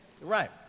Right